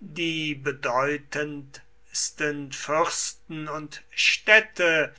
die bedeutendsten fürsten und städte